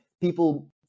people